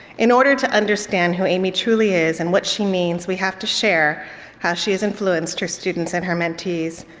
in order to understand who amy truly is and what she means, we have to share how she has influenced her students and her mentees.